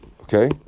Okay